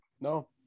No